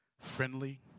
friendly